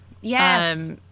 yes